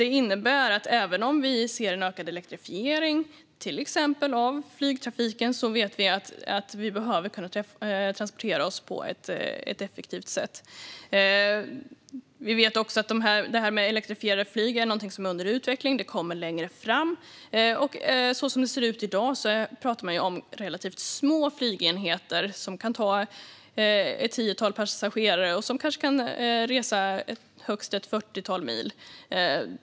Det innebär att även om vi ser en ökad elektrifiering av till exempel flygtrafiken behöver vi kunna transportera oss på ett effektivt sätt. Vi vet också att elektrifierade flyg är något som är under utveckling och som kommer längre fram. Så som det ser ut i dag pratar man om relativt små flygenheter, som kan ta ett tiotal passagerare och resa högst ett fyrtiotal mil.